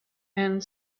and